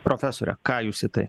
profesore ką jūs į tai